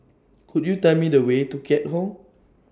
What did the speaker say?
Could YOU Tell Me The Way to Keat Hong